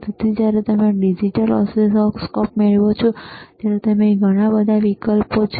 તેથી જ્યારે તમે ડિજિટલ ઓસિલોસ્કોપ મેળવો છો ત્યારે ત્યાં ઘણા બધા વિકલ્પો છે